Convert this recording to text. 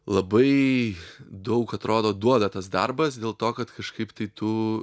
labai daug atrodo duoda tas darbas dėl to kad kažkaip tai tu